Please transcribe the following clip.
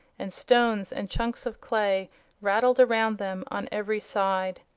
and stones and chunks of clay rattled around them on every side.